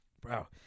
bro